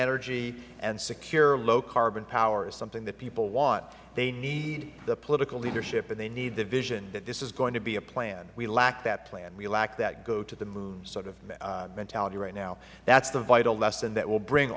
energy and secure low carbon power is something that people want they need the political leadership and they need the vision that this is going to be a plan we lack that plan we lack that go to the moon sort of mentality right now that is the vital lesson that will bring